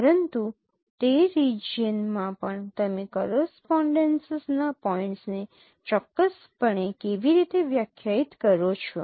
પરંતુ તે રિજિયન્સમાં પણ તમે કોરસપોનડેન્સીસ ના પોઇન્ટ્સને ચોક્કસપણે કેવી રીતે વ્યાખ્યાયિત કરો છો